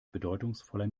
bedeutungsvoller